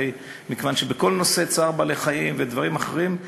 מכיוון שבכל נושא צער בעלי-חיים ודברים אחרים,